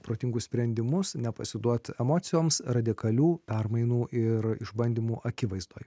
protingus sprendimus nepasiduoti emocijoms radikalių permainų ir išbandymų akivaizdoje